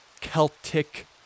Celtic